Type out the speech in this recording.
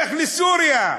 לך לסוריה,